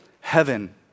heaven